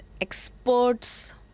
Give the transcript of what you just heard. experts